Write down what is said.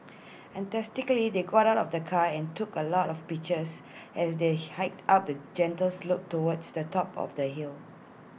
enthusiastically they got out of the car and took A lot of pictures as they hiked up A gentle slope towards the top of the hill